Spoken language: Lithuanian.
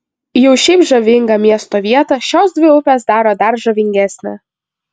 jau šiaip žavingą miesto vietą šios dvi upės daro dar žavingesnę